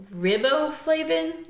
Riboflavin